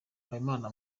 habimana